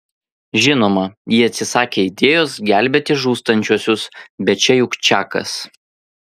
žinoma ji atsisakė idėjos gelbėti žūstančiuosius bet čia juk čakas